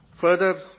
Further